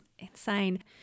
Insane